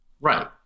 Right